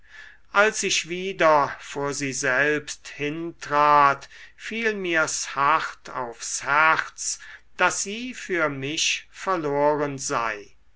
als ich wieder vor sie selbst hintrat fiel mirs hart aufs herz daß sie für mich verloren sei